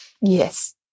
yes